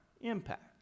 impact